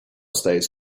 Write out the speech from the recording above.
states